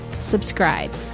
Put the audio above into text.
Subscribe